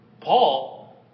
Paul